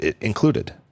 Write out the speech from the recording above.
included